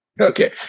Okay